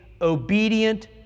obedient